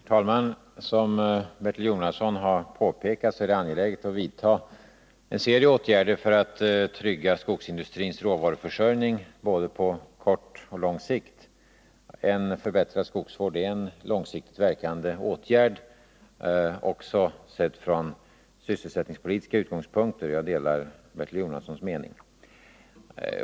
Herr talman! Som Bertil Jonasson har påpekat är det angeläget att vidta en serie åtgärder för att trygga skogsindustrins råvaruförsörjning på både kort och lång sikt. En förbättrad skogsvård är en långsiktigt verkande åtgärd, också sett från sysselsättningspolitiska utgångspunkter. Jag delar Bertil Jonassons mening.